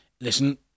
listen